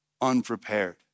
unprepared